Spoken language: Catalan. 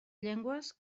llengües